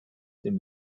dem